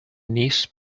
niece